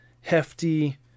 hefty